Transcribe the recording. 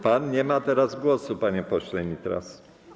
Pan nie ma teraz głosu, panie pośle Nitras.